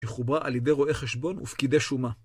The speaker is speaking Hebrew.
מחובר על ידי רואי חשבון ופקידי שומה.